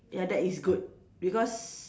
ya that is good because